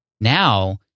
Now